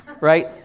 Right